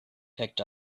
picked